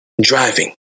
Driving